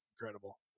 incredible